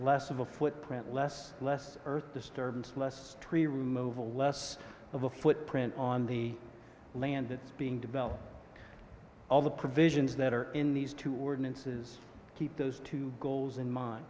less of a footprint less less earth disturbance less tree removal less of a footprint on the land that's being developed all the provisions that are in these two ordinances keep those two goals in min